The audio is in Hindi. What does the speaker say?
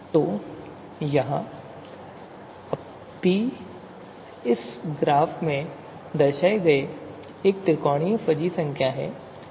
तो यह P̃ इस ग्राफिक में दर्शाई गई एक त्रिकोणीय फजी संख्या है